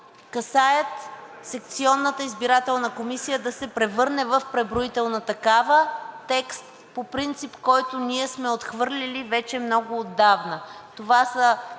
касаят секционната избирателна комисия да се превърне в преброителна такава. Текст по принцип, който ние сме отхвърлили вече много отдавна.